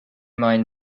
mind